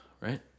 right